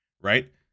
right